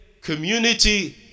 community